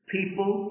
People